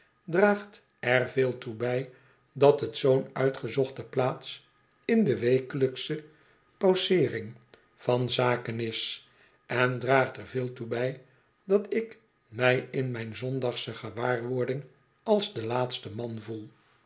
draagt er veel toe bij dat het zoo'n uitgezochte plaats in de wekelijksche pauseering van zaken is en draagt er voel toe bij dat ik mij in mijne zondagsene gewaarwording als de laatste man gevoel